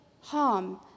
harm